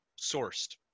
sourced